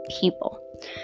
people